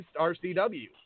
RCW